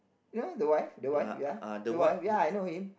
ya the wife the wife ya the wife ya I know him